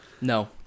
No